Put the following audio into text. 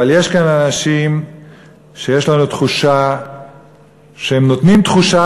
אבל יש כאן אנשים שיש לנו תחושה שהם נותנים תחושה